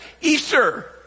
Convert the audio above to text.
Easter